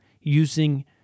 using